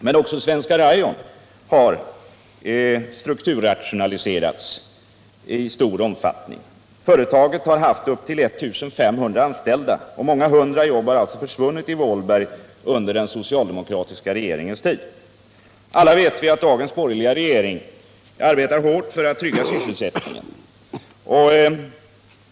Men också Svenska Rayon har strukturrationaliserats i stor omfattning. Företaget har haft upp till 1 500 anställda, och många hundra jobb har alltså försvunnit i Vålberg under den socialdemokratiska regeringens tid. Alla vet vi att dagens borgerliga regering arbetar hårt för att trygga sysselsättningen.